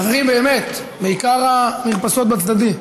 חברים, באמת, בעיקר המרפסות בצדדים.